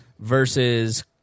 Versus